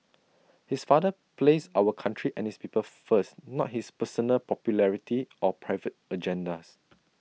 is father placed our country and his people first not his personal popularity or private agendas